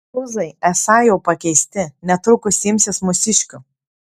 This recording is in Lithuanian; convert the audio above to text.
tūzai esą jau pakeisti netrukus imsis mūsiškių